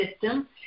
system